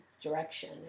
direction